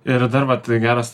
ir dar vat geras